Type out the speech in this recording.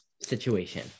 situation